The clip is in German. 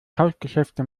tauschgeschäfte